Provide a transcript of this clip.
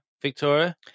Victoria